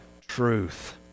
truth